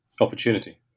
opportunity